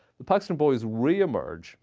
the paxton boys re-emerge